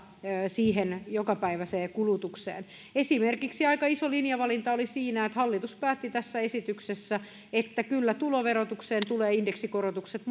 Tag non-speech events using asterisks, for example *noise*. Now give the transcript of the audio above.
siihen jokapäiväiseen kulutukseen aika iso linjavalinta oli esimerkiksi siinä että hallitus päätti tässä esityksessä että kyllä tuloverotukseen tulee indeksikorotukset *unintelligible*